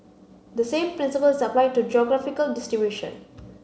the same principle is applied to geographical distribution